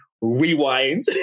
rewind